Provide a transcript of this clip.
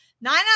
nine